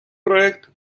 проект